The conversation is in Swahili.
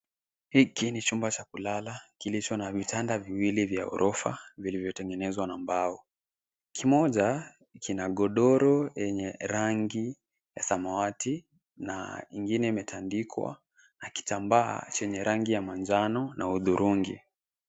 Hiki ni chumba cha kulala kilicho na vitanda viwili vya ghorofa vilivyo tengenezwa na mbao. Kimoja kina godoro yenye rangi ya samawati na ingine imetandikwa na kitambaa chenye rangi ya manjano na huthurungi.